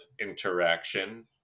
interaction